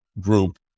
group